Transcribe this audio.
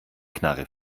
knarre